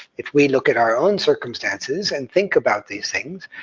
if we look at our own circumstances and think about these things,